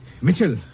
Mitchell